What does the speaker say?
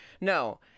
No